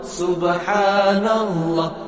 subhanallah